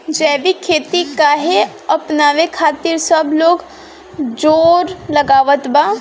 जैविक खेती काहे अपनावे खातिर सब लोग जोड़ लगावत बा?